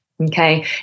Okay